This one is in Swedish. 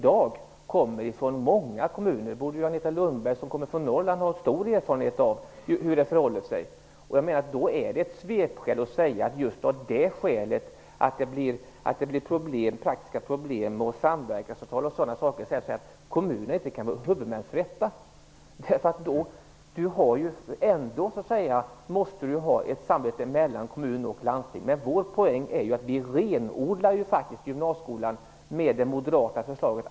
Hur det förhåller sig borde Agneta Lundberg som kommer från Norrland ha stor erfarenhet av. Då är det ett svepskäl att säga att det just av det skälet blir praktiska problem, och att tala om samverkansavtal och sådana saker och säga att kommunerna inte kan vara huvudmän. Det måste ju ändå finnas ett samarbete mellan kommuner och landsting. Vår poäng är att vi med det moderata förslaget faktiskt renodlar gymnasieskolan.